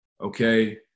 okay